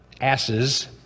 asses